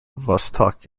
vostok